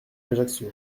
ajaccio